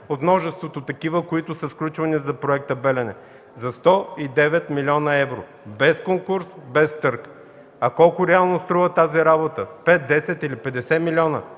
от множеството такива, които са сключвани за Проекта „Белене” – за 109 млн. евро, без конкурс, без търг! А колко реално струва тази работа – 5, 10 или 50 милиона?!